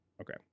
Okay